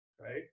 Right